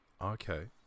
Okay